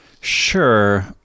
Sure